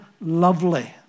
lovely